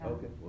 Okay